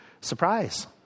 Surprise